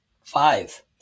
five